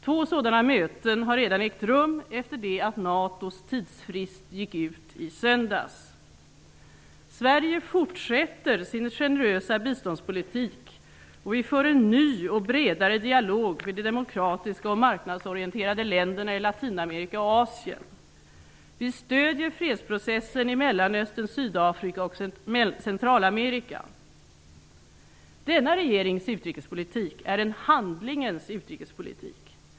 Två sådana möten har redan ägt rum efter det att NATO:s tidsfrist gick ut i söndags. Sverige fortsätter sin generösa biståndspolitik, och vi för en ny och bredare dialog med de demokratiska och marknadsorienterade länderna i Latinamerika och Asien. Vi stöder fredsprocessen i Mellanöstern, Sydafrika och Centralamerika. Denna regerings utrikespolitik är en handlingens utrikespolitik.